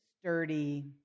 sturdy